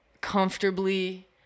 comfortably